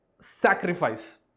sacrifice